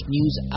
News